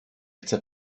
chce